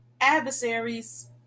adversaries